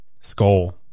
Skull